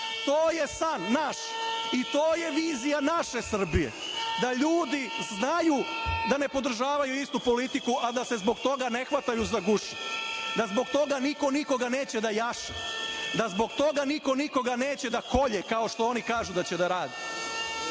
To je san naš i to je vizija naše Srbije, da ljudi znaju da ne podržavaju istu politiku, a da se zbog toga ne hvataju za gušu, da zbog toga niko nikoga neće da jaše, da zbog toga niko nikoga neće da kolje, kao što oni kažu da će da rade.